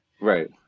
right